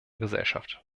gesellschaft